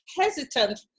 hesitant